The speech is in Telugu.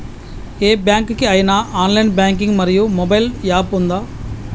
ఏ బ్యాంక్ కి ఐనా ఆన్ లైన్ బ్యాంకింగ్ మరియు మొబైల్ యాప్ ఉందా?